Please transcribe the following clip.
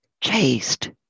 chased